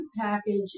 package